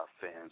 fans